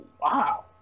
wow